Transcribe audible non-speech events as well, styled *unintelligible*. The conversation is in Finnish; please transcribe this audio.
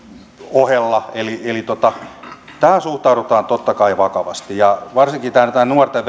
ohella eli tähän suhtaudutaan totta kai vakavasti ja varsinkaan tähän nuorten *unintelligible*